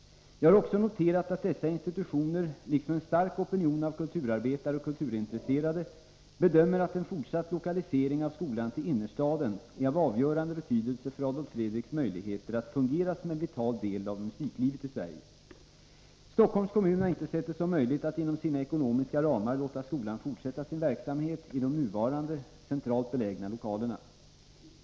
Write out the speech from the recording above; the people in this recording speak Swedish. Jag har också noterat att dessa institutioner, liksom en stark opinion av kulturarbetare och kulturintresserade, bedömer att en fortsatt lokalisering av skolan till innerstaden är av avgörande betydelse för Adolf Fredriks möjligheter att fungera som en vital del av musiklivet i Sverige. Stockholms kommun har inte sett det som möjligt att inom sina ekonomiska ramar låta skolan fortsätta sin verksamhet i de nuvarande, centralt belägna lokalerna.